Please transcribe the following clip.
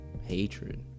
hatred